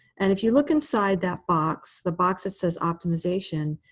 and if you look inside that box, the box that says optimization,